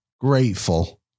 Grateful